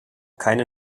keine